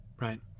right